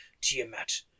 Tiamat